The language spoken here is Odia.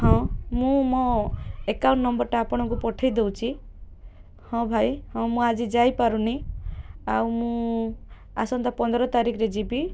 ହଁ ମୁଁ ମୋ ଆକାଉଣ୍ଟ୍ ନମ୍ବର୍ଟା ଆପଣଙ୍କୁ ପଠେଇ ଦଉଛି ହଁ ଭାଇ ହଁ ମୁଁ ଆଜି ଯାଇପାରୁନି ଆଉ ମୁଁ ଆସନ୍ତା ପନ୍ଦର ତାରିଖରେ ଯିବି